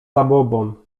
zabobon